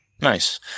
Nice